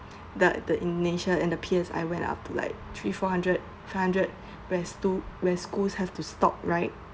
that the indonesia and P_S_I went up to like three four hundred five hundred where sto~ where schools have to stop right